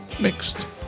mixed